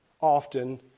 often